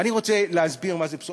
אני רוצה להסביר מה זה בשורה.